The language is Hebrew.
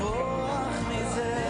בוקר טוב לכולם,